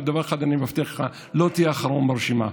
אבל דבר אחד אני מבטיח לך: לא תהיה אחרון ברשימה.